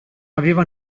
aveva